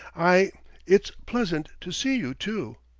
i it's pleasant to see you, too.